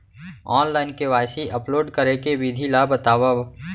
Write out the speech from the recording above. Online KYC upload करे के विधि ला बतावव?